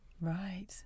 Right